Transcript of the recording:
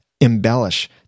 embellish